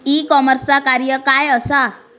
E कॉमर्सचा कार्य काय असा?